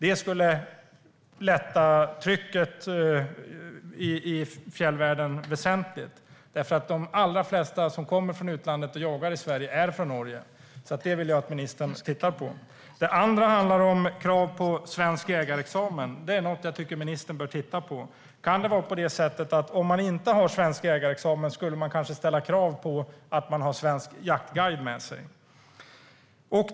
Det skulle lätta trycket väsentligt eftersom de flesta som kommer från utlandet och jagar i Sverige är från Norge. Detta vill jag att ministern tittar på. Det andra handlar om krav på svensk jägarexamen. Det bör ministern titta på. Man borde ställa kravet att de som inte har svensk jägarexamen ska ha svensk jaktguide med sig.